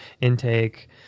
intake